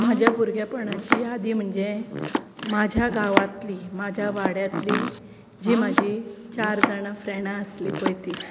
म्हाज्या भुरगेंपणाची यादीं म्हणजे म्हाज्या गांवांतली म्हाज्या वाड्यांतली जी म्हाजी चार जाणां फ्रेंडां आसलीं पळय तीं